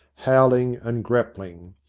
howl ing and grappling.